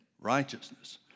righteousness